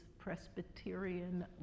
Presbyterian